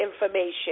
information